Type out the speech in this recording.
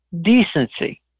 decency